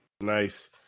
Nice